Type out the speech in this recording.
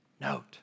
note